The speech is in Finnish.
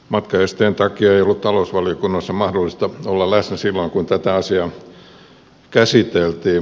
matkaesteen takia ei ollut talousvaliokunnassa mahdollista olla läsnä silloin kun tätä asiaa käsiteltiin